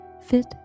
fit